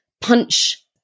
punch